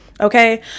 okay